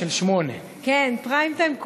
פריים-טיים של 20:00. כן, פריים-טיים.